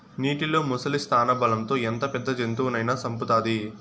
నీటిలో ముసలి స్థానబలం తో ఎంత పెద్ద జంతువునైనా సంపుతాది